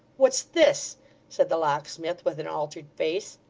what's this said the locksmith, with an altered face.